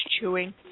chewing